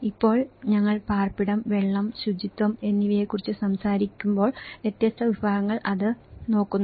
ഇപ്പോൾ ഞങ്ങൾ പാർപ്പിടം വെള്ളം ശുചിത്വം എന്നിവയെക്കുറിച്ച് സംസാരിക്കുമ്പോൾ വ്യത്യസ്ത വിഭാഗങ്ങൾ അത് നോക്കുന്നു